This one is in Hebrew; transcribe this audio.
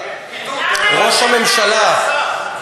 עם פקידות,